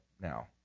now